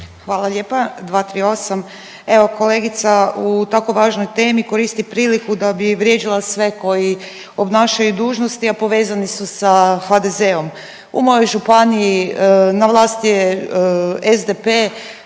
Hvala lijepa. 238., evo kolegica u tako važnoj temi koristi priliku da bi vrijeđala sve koji obnašaju dužnosti, a povezani su sa HDZ-om. U mojoj županiji na vlasti je SDP,